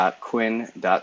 Quinn